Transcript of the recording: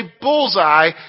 bullseye